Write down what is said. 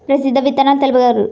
ప్రసిద్ధ విత్తనాలు తెలుపగలరు?